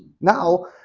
Now